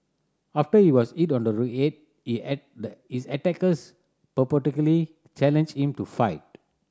after he was hit on the head his attackers purportedly challenged him to fight